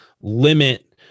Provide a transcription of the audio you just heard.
limit